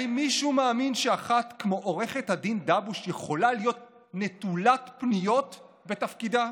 האם מישהו מאמין שאחת כמו עו"ד דבוש יכולה להיות נטולת פניות בתפקידה?